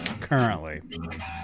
currently